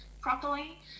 properly